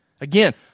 Again